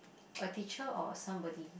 a teacher or somebody